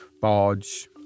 barge